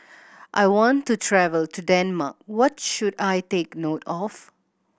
I want to travel to Denmark what should I take note of